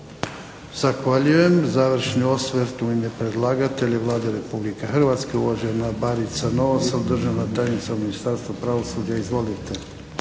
Zahvaljujem. Završni osvrt u ime predlagatelja Vlade Republike Hrvatske uvažena Barica Novosel, državna tajnica u Ministarstvu pravosuđa. Izvolite.